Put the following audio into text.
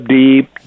deep